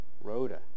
Rhoda